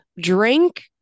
Drink